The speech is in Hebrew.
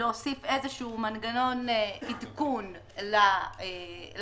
להוסיף איזשהו מנגנון עדכון לסכומים.